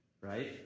right